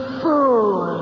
fool